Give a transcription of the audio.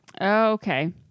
okay